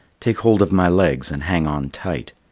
take hold of my legs and hang on tight.